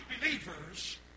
believers